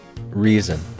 Reason